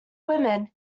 woman